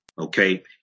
okay